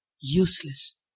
useless